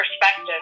perspective